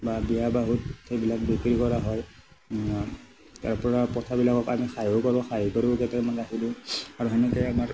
বা বিয়া বাৰুত সেইবিলাক বিক্ৰী কৰা হয় ইয়াৰ পৰা পঠাবিলাকক আমি খাহীও কৰোঁ খাহী কৰি কেটামান ৰাখি দিওঁ আৰু সেনেকেই আমাৰ